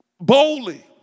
boldly